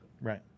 Right